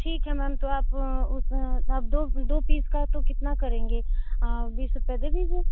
ठीक है मैम तो आप उस आप दो दो पीस का तो कितना करेंगे बीस रुपये दे दीजिए